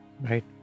Right